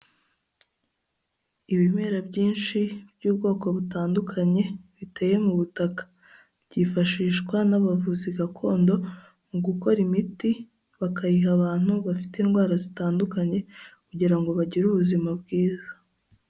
Ibimera byinshi by'ubwoko butandukanye biteye mu butaka, byifashishwa n'abavuzi gakondo mu gukora imiti, bakayiha abantu bafite indwara zitandukanye kugira ngo bagire ubuzima bwiza.